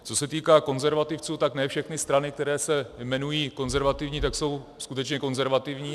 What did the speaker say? Co se týká konzervativců, tak ne všechny strany, které se jmenují konzervativní, tak jsou skutečně konzervativní.